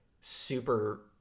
super